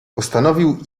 postanowił